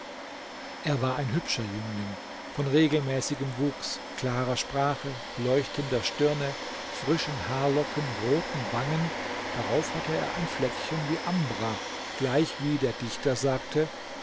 er war ein hübscher jüngling von regelmäßigem wuchs klarer sprache leuchtender stirne frischen haarlocken roten wangen darauf hatte er ein fleckchen wie ambra gleichwie der dichter sagte